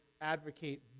advocate